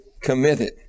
committed